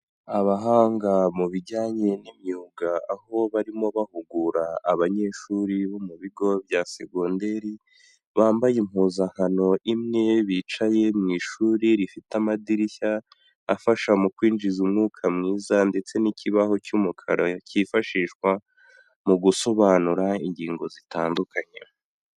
Abahanga mu bijyanye n'imyuga, aho barimo bahugura abanyeshuri bo mu bigo bya segonderi, bambaye impuzankano imwe, bicaye mu ishuri rifite amadirishya afasha mu kwinjiza umwuka mwiza ndetse n'ikibaho cy'umukara, kifashishwa mu gusobanura ingingo zitandukanye.